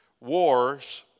wars